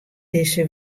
dizze